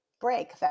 break